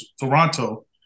Toronto